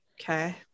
Okay